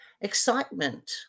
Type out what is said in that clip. excitement